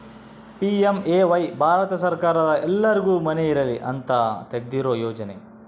PMAY Bharat ಸರ್ಕಾರದ ಎಲ್ಲರ್ಗು ಮನೆ ಇರಲಿ ಅಂತ ತೆಗ್ದಿರೊ ಯೋಜನೆ